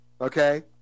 Okay